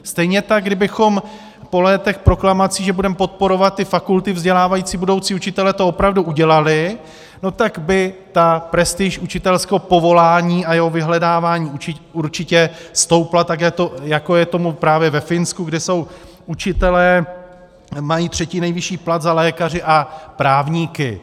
Stejně tak kdybychom po letech proklamací, že budeme podporovat ty fakulty vzdělávající budoucí učitele, to opravdu udělali, no tak by ta prestiž učitelského povolání a jeho vyhledávání určitě stoupla tak, jako je tomu právě ve Finsku, kde učitelé mají třetí nejvyšší plat za lékaři a právníky.